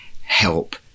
help